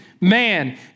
man